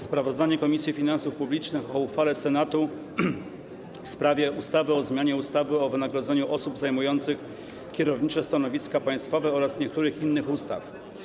Sprawozdanie Komisji Finansów Publicznych o uchwale Senatu w sprawie ustawy o zmianie ustawy o wynagrodzeniu osób zajmujących kierownicze stanowiska państwowe oraz niektórych innych ustaw.